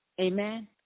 Amen